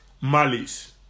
malice